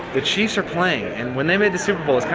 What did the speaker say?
the chiefs are playing and when they made the superbowl,